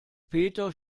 peter